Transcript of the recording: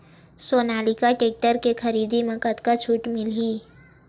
Sonalika tractor के खरीदी मा कतका छूट मीलही?